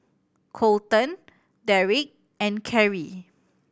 Kolton Derrek and Carry